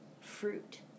fruit